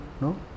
no